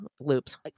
loops